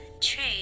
trade